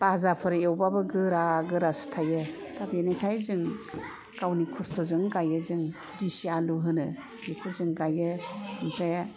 बाजाफोर एवबाबो गोरा गोरासो थायो दा बिनिखाय जों गावनि खस्थजों गाइयो जों दिसि आलु होनो बेखौ जों गाययो ओमफ्राय